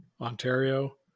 Ontario